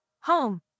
home